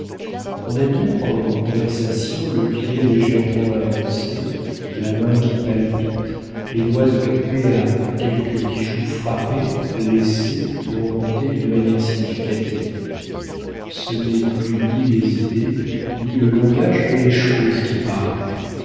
on admire pendant une conversation le pied légèrement avancé la main qui palpite les doigts occupés à quelque bijou frappé laissé tourmenté d'une manière significative ce n'est plus ni les idées ni le langage mais les choses qui parlent